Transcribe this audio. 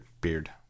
beard